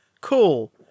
cool